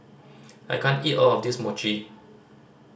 I can't eat all of this Mochi